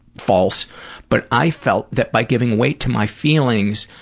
false but i felt that by giving weight to my feelings,